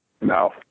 No